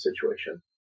situation